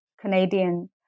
Canadian